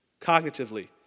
cognitively